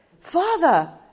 Father